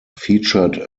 featured